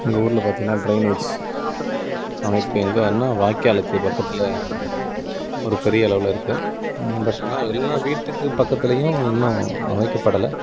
எங்கள் ஊரில் பார்த்தீங்கன்னா ட்ரைனேஜ் நாங்கள் இப்போ எங்கேன்னா வா வாய்க்காலுக்கு பக்கத்தில் ஒரு பெரிய அளவில் இருக்குது பட் ஆனால் எல்லா வீட்டுக்கு பக்கத்துலேயும் இன்னும் அமைக்கப்படலை